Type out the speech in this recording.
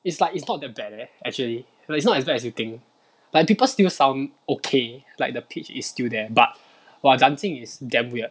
it's like it's not that bad leh actually like it's not as bad as you think like people still sound okay like the pitch is still there but !wah! dancing is damn weird